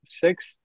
six